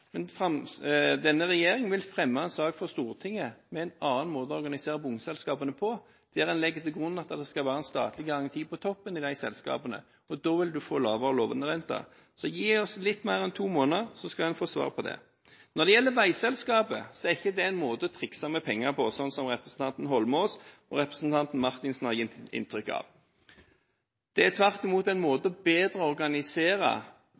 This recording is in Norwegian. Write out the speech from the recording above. Denne regjeringen vil fremme en sak for Stortinget med en annen måte å organisere bomselskapene på, der en legger til grunn at det skal være en statlig garanti på toppen i de selskapene, og da vil du få lavere lånerente. Men gi oss litt mer enn to måneder, så skal en få svar på det. Når det gjelder veiselskapet, så er ikke dette en måte å trikse med penger på, slik representanten Eidsvoll Holmås og representanten Marthinsen har gitt inntrykk av. Det er tvert imot en måte å bedre organisere